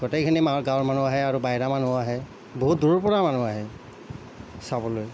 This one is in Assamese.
গোটেইখিনি মানুহ গাঁৱৰ মানুহ আহে আৰু বাহিৰা মানুহো আহে বহুত দূৰৰ পৰাও মানুহ আহে চাবলৈ